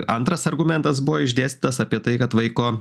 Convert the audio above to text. antras argumentas buvo išdėstytas apie tai kad vaiko